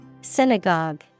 Synagogue